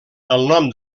nom